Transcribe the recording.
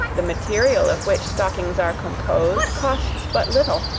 the material of which stockings are composed costs but little,